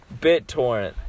BitTorrent